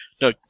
no